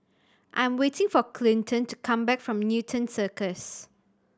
I'm waiting for Clinton to come back from Newton Circus